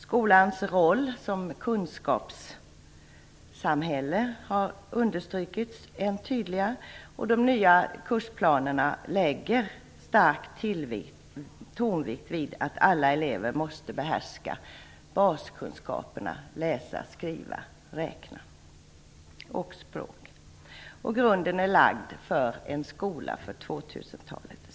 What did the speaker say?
Skolans roll som kunskapssamhälle har understrukits än tydligare, och de nya kursplanerna lägger tonvikt vid att alla elever måste behärska baskunskaperna: läsa, skriva, räkna och språk. Grunden är lagd för en skola för 2000-talet.